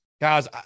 Guys